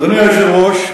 אדוני היושב-ראש,